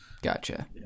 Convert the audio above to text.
Gotcha